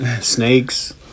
Snakes